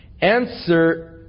Answer